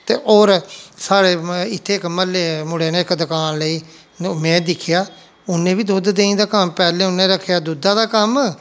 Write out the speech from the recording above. ते होर साढ़े इत्थै इक म्हल्ले मुड़े ने इक दकान लेई में दिक्खेआ उ'न्नै बी दुद्ध देही दा कम्म पैह्लें उ'न्नै रक्खेआ दुद्धै दा कम्म